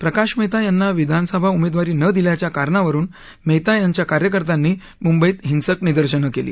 प्रकाश मेहता यांना विधानसभेची उमेदवारी न दिल्याच्या कारणावरून मेहता यांच्या कार्यकर्त्यांनी मुंबईत हिंसक निदर्शनं केली